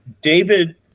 David